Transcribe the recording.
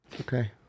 Okay